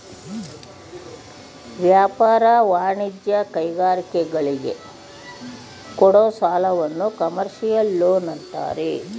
ವ್ಯಾಪಾರ, ವಾಣಿಜ್ಯ, ಕೈಗಾರಿಕೆಗಳಿಗೆ ಕೊಡೋ ಸಾಲವನ್ನು ಕಮರ್ಷಿಯಲ್ ಲೋನ್ ಅಂತಾರೆ